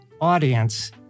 audience